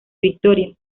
victoria